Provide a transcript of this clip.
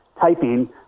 typing